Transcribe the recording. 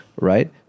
Right